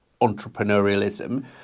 entrepreneurialism